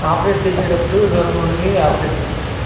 operate చేసేటప్పుడు దూరంగా ఉండి ఆపరేట్ చెయ్యండి